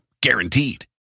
guaranteed